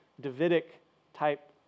Davidic-type